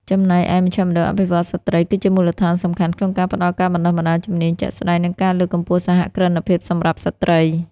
ចំណែកឯ មជ្ឈមណ្ឌលអភិវឌ្ឍន៍ស្ត្រី គឺជាមូលដ្ឋានសំខាន់ក្នុងការផ្តល់ការបណ្តុះបណ្តាលជំនាញជាក់ស្តែង និងការលើកកម្ពស់សហគ្រិនភាពសម្រាប់ស្ត្រី។